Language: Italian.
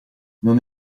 non